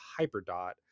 Hyperdot